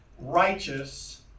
righteous